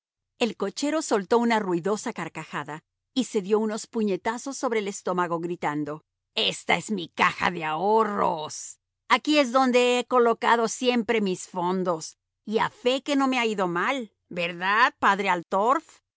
el cochero soltó una ruidosa carcajada y se dio unos puñetazos sobre el estómago gritando esta es mi caja de ahorros aquí es donde he colocado siempre mis fondos y a fe que no me ha ido mal verdad padre altorf el